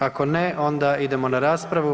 Ako ne, onda idemo na raspravu.